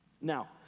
Now